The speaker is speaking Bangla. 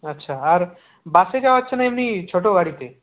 আচ্ছা আর বাসে যাওয়া হচ্ছে না এমনি ছোট গাড়িতে